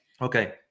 okay